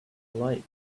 like